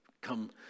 come